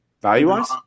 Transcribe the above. value-wise